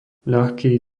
ľahký